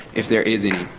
if there is any.